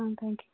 thank you